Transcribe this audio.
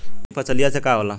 ई फसलिया से का होला?